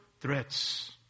threats